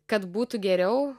kad būtų geriau